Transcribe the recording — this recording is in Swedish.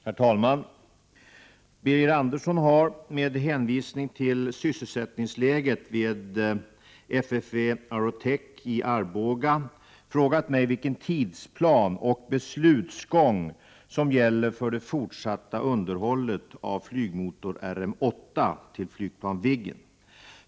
Herr talman! Birger Andersson har, med hänvisning till sysselsättningsläget vid FFV-Aerotech i Arboga, frågat mig vilken tidsplan och beslutsgång som gäller för det fortsatta underhållet av flygmotor RM 8 till flygplan Viggen.